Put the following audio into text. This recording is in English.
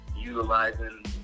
utilizing